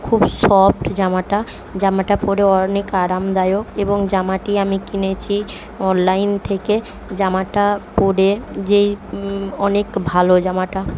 খুব সফ্ট জামাটা জামাটা পরে অনেক আরামদায়ক এবং জামাটি আমি কিনেছি অনলাইন থেকে জামাটা পরে যেই অনেক ভালো জামাটা